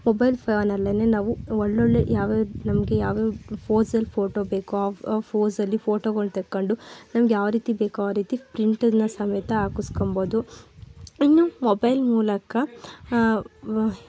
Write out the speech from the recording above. mobile ಫೋನಲ್ಲೇನೇ ನಾವು ಒಳ್ಳೊಳ್ಳೆ ಯಾವ್ಯಾವ ನಮಗೆ ಯಾವ್ಯಾವ ಪೋಸಲ್ಲಿ ಫೋಟೋ ಬೇಕು ಆ ಫೋಸಲ್ಲಿ ಫೋಟೋಗಳು ತಗೊಂಡು ನಮ್ಗೆ ಯಾವ ರೀತಿ ಬೇಕು ಆ ರೀತಿ ಪ್ರಿಂಟ್ನ ಸಮೇತ ಹಾಕಿಸ್ಕೋಬೊದು ಇನ್ನು ಮೊಬೈಲ್ ಮೂಲಕ